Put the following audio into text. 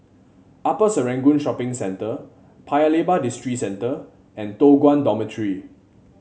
Upper Serangoon Shopping Centre Paya Lebar Districentre and Toh Guan Dormitory